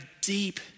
deep